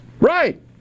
Right